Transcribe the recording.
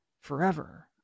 forever